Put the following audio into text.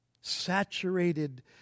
saturated